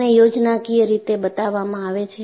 આને યોજનાકીય રીતે બતાવવામાં આવે છે